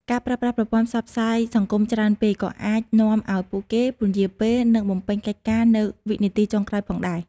ការប្រើប្រាស់ប្រព័ន្ធផ្សព្វផ្សាយសង្គមច្រើនពេកក៏អាចនាំឱ្យពួកគេ ពន្យារពេល និងបំពេញកិច្ចការនៅវិនាទីចុងក្រោយផងដែរ។